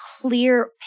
clear